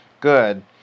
Good